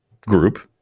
group